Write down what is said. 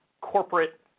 corporate